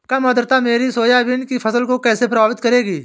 कम आर्द्रता मेरी सोयाबीन की फसल को कैसे प्रभावित करेगी?